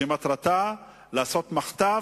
שמטרתה לעשות מחטף,